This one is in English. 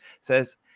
Says